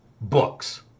books